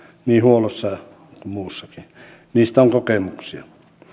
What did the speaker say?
niin huollossa kuin muussakin niistä on kokemuksia